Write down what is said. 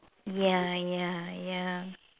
ya ya ya